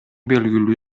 белгилүү